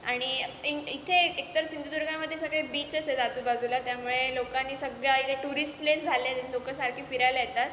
आणि इ इथे एकतर सिंधुदुर्गामध्ये सगळे बीचेस आहेत आजूबाजूला त्यामुळे लोकांनी सगळ्या इथे टुरिस्ट प्लेस झाले आहेत लोकं सारखी फिरायला येतात